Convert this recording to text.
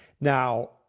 Now